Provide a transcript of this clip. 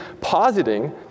positing